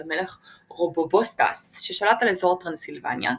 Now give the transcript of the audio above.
המלך רובובוסטס ששלט על אזור טרנסילבניה,